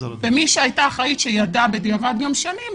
מי שהייתה אחראית וידעה בדיעבד גם שנים,